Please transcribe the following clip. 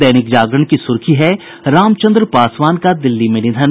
दैनिक जागरण की सुर्खी है रामचंद्र पासवान का दिल्ली में निधन